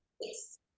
Yes